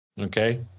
Okay